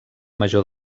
major